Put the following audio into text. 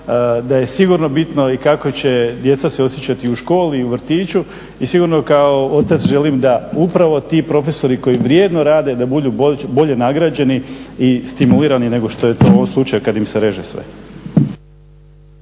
da je sigurno bitno i kako će djeca se osjećati u školi, u vrtiću i sigurno kao otac želim da upravo ti profesori koji vrijedno rade da budu bolje nagrađeni i stimulirani nego što je to u ovom slučaju kada im se reže sve.